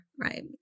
right